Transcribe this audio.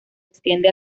extiende